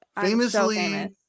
famously